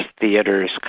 theaters